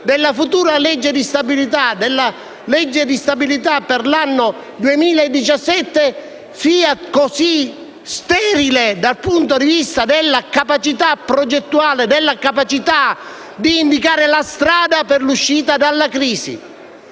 della futura legge di stabilità per l'anno 2017, sia così sterile dal punto di vista della capacità progettuale e della capacità di indicare la strada per l'uscita dalla crisi.